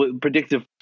predictive